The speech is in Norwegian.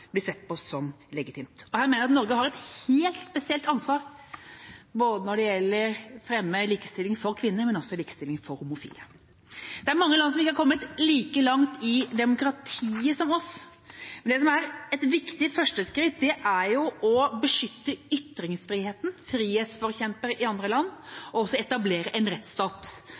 blir sett på som legitimt. Her mener jeg at Norge har et helt spesielt ansvar når det gjelder å fremme likestilling både for kvinner og for homofile. Det er mange land som ikke har kommet like langt i demokratiet som oss. Men det som er et viktig første skritt, er å beskytte ytringsfriheten, frihetsforkjempere i andre land